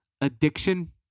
addiction-